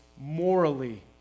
morally